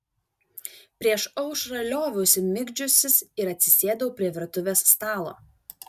prieš aušrą lioviausi migdžiusis ir atsisėdau prie virtuvės stalo